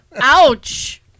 Ouch